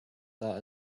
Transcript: that